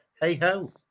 hey-ho